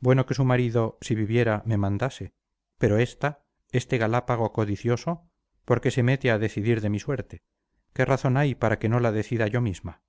bueno que su marido si viviera me mandase pero esta este galápago codicioso por qué se mete a decidir de mi suerte qué razón hay para que no la decida yo misma